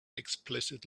explicit